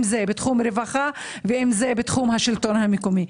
אם זה בתחום רווחה ואם זה בתחום השלטון המקומי.